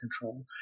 control